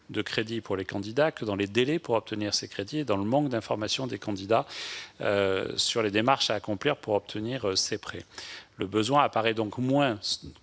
de crédits pour les candidats que dans les délais pour obtenir ces crédits et dans le manque d'information des candidats sur les démarches à accomplir pour obtenir ces prêts. Le besoin semble moins